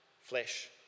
flesh